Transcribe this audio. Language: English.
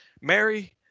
Mary